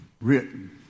written